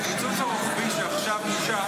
הקיצוץ הרוחבי שעכשיו אושר,